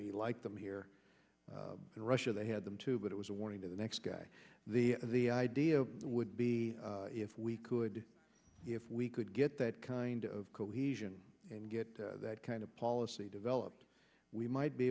me like them here in russia they had them too but it was a warning to the next guy the the idea would be if we could if we could get that kind of cohesion and get that kind of policy developed we might be